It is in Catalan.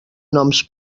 noms